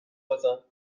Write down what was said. بزن